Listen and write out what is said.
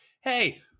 hey